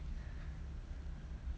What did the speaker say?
so what about you